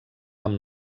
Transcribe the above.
amb